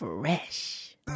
fresh